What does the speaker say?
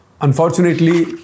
unfortunately